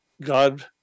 God